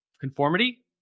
Conformity